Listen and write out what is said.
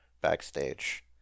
backstage